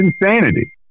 insanity